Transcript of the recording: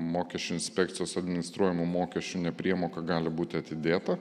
mokesčių inspekcijos administruojamų mokesčių nepriemoka gali būti atidėta